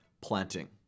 planting